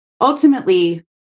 Ultimately